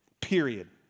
period